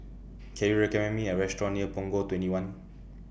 Can YOU recommend Me A Restaurant near Punggol twenty one